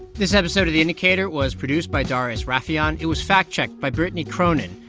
this episode of the indicator was produced by darius rafieyan. it was fact-checked by brittany cronin.